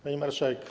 Pani Marszałek!